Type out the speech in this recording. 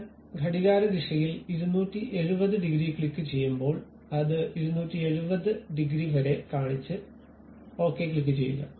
ഞാൻ ഘടികാരദിശയിൽ 270 ഡിഗ്രി ക്ലിക്കുചെയ്യുമ്പോൾ അത് 270 ഡിഗ്രി വരെ കാണിച്ച് ശരി ക്ലിക്കുചെയ്യുക